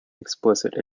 explicit